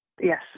Yes